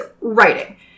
writing